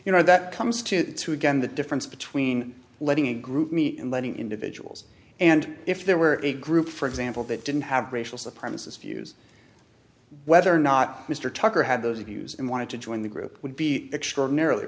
you know that comes to to again the difference between letting a group me and letting individuals and if there were a group for example that didn't have racial so premises views whether or not mr tucker had those views and wanted to join the group would be extraordinarily